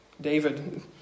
David